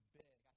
big